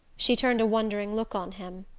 she turned a wondering look on him.